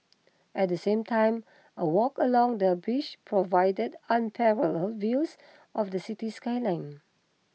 at the same time a walk along the bridge provides unparalleled views of the city skyline